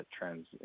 trends